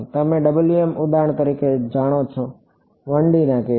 તમે ઉદાહરણ તરીકે જાણો છો 1D કેસમાં છે